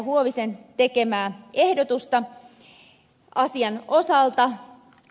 huovisen tekemää ehdotusta asian osalta